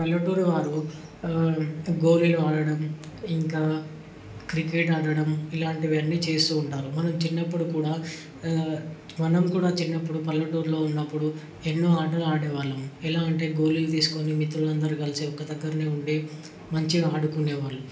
పల్లెటూరువారూ గోలీలు ఆడడం ఇంకా క్రికెట్ ఆడడం ఇలాంటివన్నీ చేస్తూ ఉంటారు మనం చిన్నప్పుడు కూడా మనం కూడా చిన్నప్పుడు పల్లెటూరులో ఉన్నప్పుడు ఎన్నో ఆటలు ఆడేవాళ్ళం ఎలా అంటే గోళీలు తీసుకొని మిత్రులందరూ కలిసి ఒక్కదగ్గరినే ఉండి మంచిగా ఆడుకునే వాళ్ళు